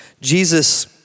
Jesus